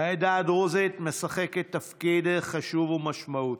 העדה הדרוזית משחקת תפקיד חשוב ומשמעותי.